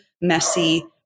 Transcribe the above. messy